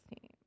team